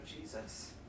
Jesus